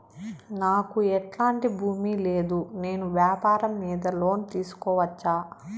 నాకు ఎట్లాంటి భూమి లేదు నేను వ్యాపారం మీద లోను తీసుకోవచ్చా?